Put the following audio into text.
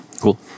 Cool